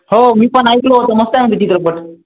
हो मी पण ऐकलं होतं मस्त आहे म्हणे ते चित्रपट